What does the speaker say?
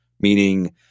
meaning